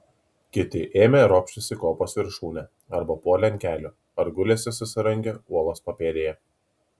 kiti ėmė ropštis į kopos viršūnę arba puolė ant kelių ar gulėsi susirangę uolos papėdėje